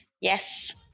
Yes